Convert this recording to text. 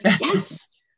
Yes